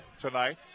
tonight